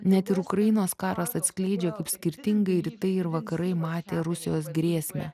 net ir ukrainos karas atskleidžia kaip skirtingai rytai ir vakarai matė rusijos grėsmę